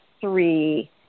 three